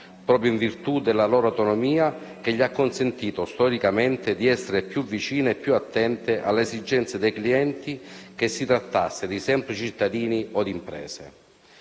proprio in virtù della loro autonomia che gli ha consentito, storicamente, di essere più vicine e più attente alle esigenze dei clienti, che si trattasse di semplici cittadini o di imprese.